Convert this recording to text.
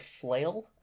flail